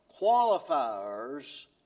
qualifiers